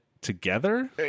together